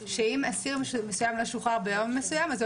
שאם אסיר מסוים לא שוחרר ביום מסוים אז הוא